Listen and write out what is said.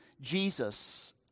Jesus